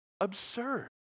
absurd